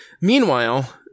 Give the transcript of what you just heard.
meanwhile